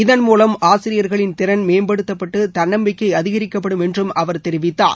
இதன்மூலம் ஆசிரியர்களின் திறன் மேம்படுத்தப்பட்டு தன்னம்பிக்கை அதிகரிக்கப்படும் என்றும் அவர் தெரிவித்தார்